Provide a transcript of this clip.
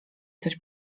coś